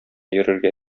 йөрергә